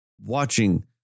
watching